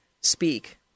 speak